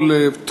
קודם כול, תודה.